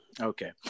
Okay